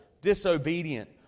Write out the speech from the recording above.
disobedient